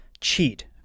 cheat